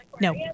no